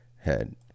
head